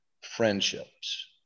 friendships